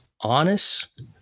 honest